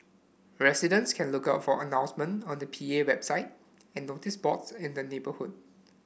residents can look out for announcement on the P A website and notice boards in the neighbourhood